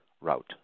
route